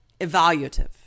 evaluative